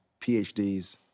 PhDs